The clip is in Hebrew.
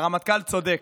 הרמטכ"ל צודק.